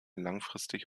langfristig